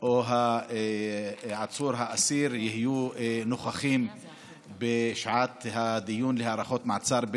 או האסיר יהיו נוכחים בשעת הדיון להארכות מעצר,